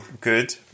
good